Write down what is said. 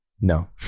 no